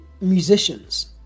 musicians